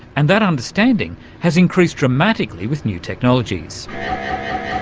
and that understanding has increased dramatically with new technologies